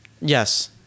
Yes